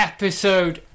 Episode